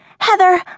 Heather